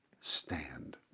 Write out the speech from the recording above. stand